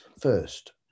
First